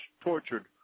tortured